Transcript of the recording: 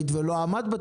כי זאת התרבות